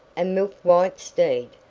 a milk-white steed,